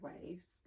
waves